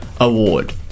award